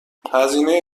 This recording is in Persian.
هزینه